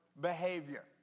behavior